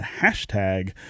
hashtag